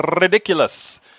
ridiculous